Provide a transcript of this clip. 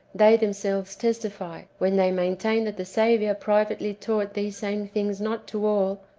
they themselves testify, when they maintain that the saviour privately taught these same things not to all,